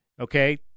Okay